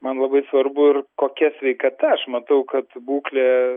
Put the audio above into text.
man labai svarbu ir kokia sveikata aš matau kad būklė